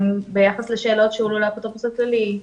ביחס לשאלות שקשורות לאפוטרופוס הכללי,